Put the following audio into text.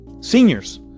Seniors